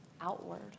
outward